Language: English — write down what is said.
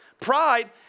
Pride